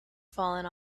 fallen